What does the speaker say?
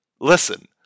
Listen